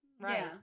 Right